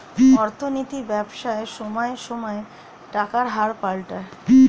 অর্থনৈতিক ব্যবসায় সময়ে সময়ে টাকার হার পাল্টায়